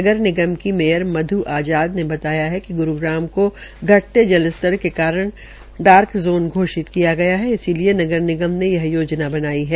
नगर निगम की मेयर मध् आज़ाद ने बतायाकि ग्रूग्राम को घटते जलस्तर के कारण डार्क जोन घोषित किया गया है इसलिये नगर निगम ने यह योजना बनाई है